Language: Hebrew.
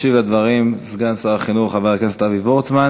ישיב על הדברים סגן שר החינוך חבר הכנסת אבי וורצמן,